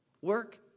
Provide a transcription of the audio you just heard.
work